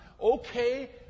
okay